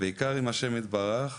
בעיקר עם השם יתברך,